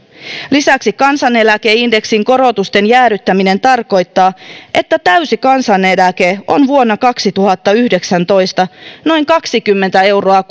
lisäksi kansaneläkeindeksin korotusten jäädyttäminen tarkoittaa että täysi kansaneläke on vuonna kaksituhattayhdeksäntoista noin kaksikymmentä euroa